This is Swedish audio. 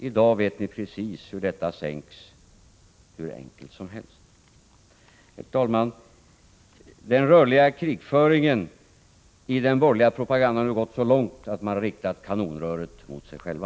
I dag vet ni precis hur ni skall göra för att sänka skattetrycket hur enkelt som helst. Herr talman! Den rörliga krigföringen i den borgerliga propagandan har nu gått så långt att de borgerliga riktar kanonröret mot sig själva.